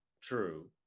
true